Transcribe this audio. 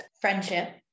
Friendship